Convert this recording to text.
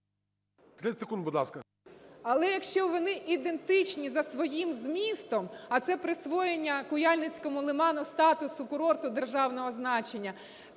Але якщо вони ідентичні за своїм змістом, а це присвоєння Куяльницькому лиману статусу курорту державного значення,